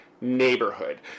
neighborhood